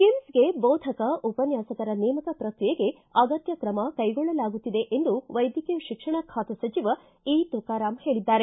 ಕಿಮ್ಗೆಗೆ ಬೋಧಕ ಉಪನ್ಯಾಸಕರ ನೇಮಕ ಪ್ರಕ್ರಿಯೆಗೆ ಅಗತ್ಯ ಕ್ರಮ ಕೈಗೊಳ್ಳಲಾಗುತ್ತಿದೆ ಎಂದು ವೈದ್ಯಕೀಯ ಶಿಕ್ಷಣ ಬಾತೆ ಸಚಿವ ಈ ತುಕಾರಾಮ್ ಹೇಳಿದ್ದಾರೆ